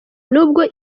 nubwo